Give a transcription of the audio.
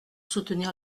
soutenir